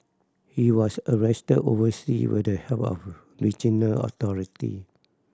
he was arrested oversea with the help of regional authority